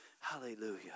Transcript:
Hallelujah